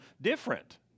different